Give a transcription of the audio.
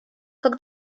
как